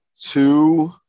two